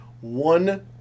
one